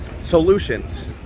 solutions